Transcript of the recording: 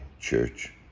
church